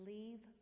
Leave